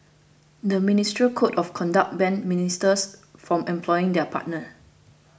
the ministerial code of conduct bans ministers from employing their partner